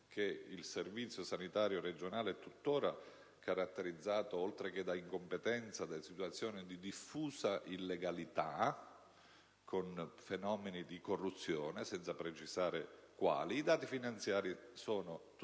il Servizio sanitario regionale è tuttora caratterizzato, oltre che da incompetenza, da situazioni di diffusa illegalità, con fenomeni di corruzione (senza precisare quali). I dati finanziari sono tuttora